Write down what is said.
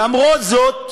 למרות זאת,